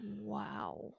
wow